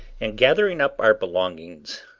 and gathering up our belongings,